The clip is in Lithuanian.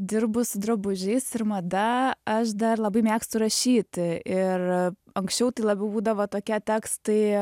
dirbu su drabužiais ir mada aš dar labai mėgstu rašyt ir anksčiau tai labiau būdavo tokie tekstai